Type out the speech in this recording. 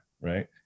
right